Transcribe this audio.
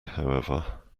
however